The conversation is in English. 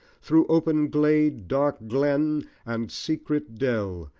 through open glade, dark glen, and secret dell,